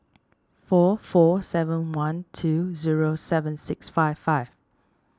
four four seven one two zero seven six five five